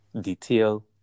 detail